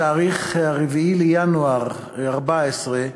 בתאריך 4 בינואר 2014,